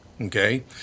Okay